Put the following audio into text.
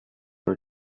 your